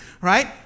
right